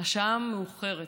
השעה מאוחרת,